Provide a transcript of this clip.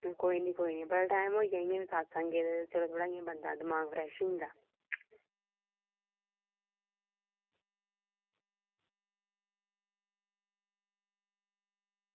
कोई नी कोई नी बड़ा टैम होइया इंया बी सत्संग गेदे चलो थोह्ड़ा इंया बंदे दा दमाग फ्रेश होई जंदा